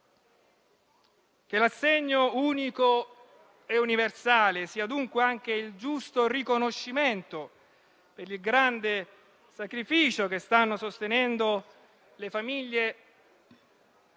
Che l'assegno unico e universale sia dunque anche il giusto riconoscimento per il grande sacrificio che stanno sostenendo le famiglie